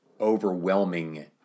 overwhelming